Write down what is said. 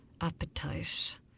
appetite